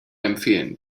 empfehlen